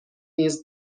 نیز